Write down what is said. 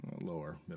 lower